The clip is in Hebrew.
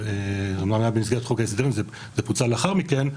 זה היה במסגרת חוק ההסדרים וזה פוצל לאחר מכן,